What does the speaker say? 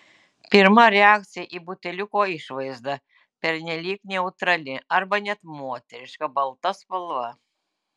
pirma reakcija į buteliuko išvaizdą pernelyg neutrali arba net moteriška balta spalva